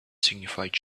signified